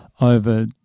over